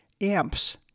amps